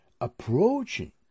approaching